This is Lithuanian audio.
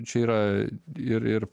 čia yra ir ir